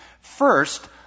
First